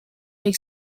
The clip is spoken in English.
take